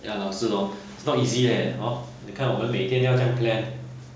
ya lah 是 loh it's not easy leh hor 你看我们每天要怎样 plan